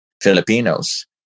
Filipinos